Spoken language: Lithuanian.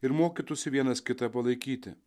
ir mokytųsi vienas kitą palaikyti